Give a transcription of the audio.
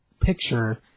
picture